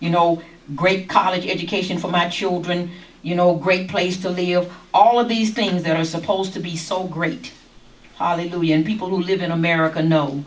you know great college education for my children you know a great place to live all of these things that are supposed to be so great people who live in america kno